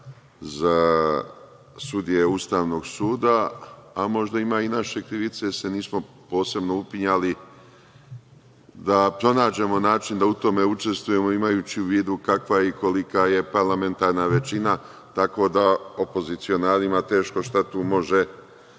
za sudije Ustavnog suda, a možda ima i naše krivice, jer se nismo posebno upinjali da pronađemo način da u tome učestvujemo, imajući u vidu kakva je i kolika je parlamentarna većina, tako da opozicionarima teško šta tu može